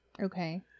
Okay